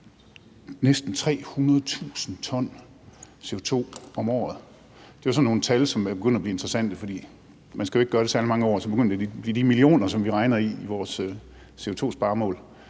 næsten 300.000 t CO2 om året. Det er sådan nogle tal, som begynder at blive interessante, for man skal jo ikke gøre det særlig mange år, så begynder det at blive de millioner, som vi regner i i vores CO2-sparemål